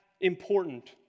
important